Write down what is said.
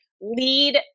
lead